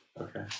Okay